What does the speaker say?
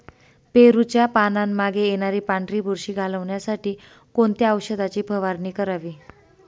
पेरूच्या पानांमागे येणारी पांढरी बुरशी घालवण्यासाठी कोणत्या औषधाची फवारणी करावी?